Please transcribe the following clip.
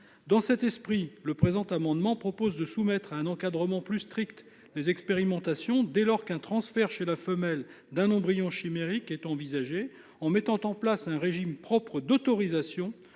Dans cet esprit, le présent amendement a pour objet de soumettre à un encadrement plus strict les expérimentations, dès lors qu'un transfert chez la femelle d'un embryon chimérique est envisagé, en mettant en place un régime propre d'autorisation,